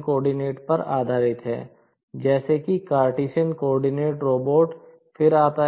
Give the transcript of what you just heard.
हैं